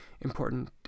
important